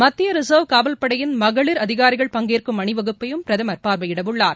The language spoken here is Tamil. மத்திய ரிசர்வ் காவல் படையின் மகளிர் அதிகாரிகள் பங்கேற்கும் அணிவகுப்பையும் பிரதமர் பார்வையிடவுள்ளார்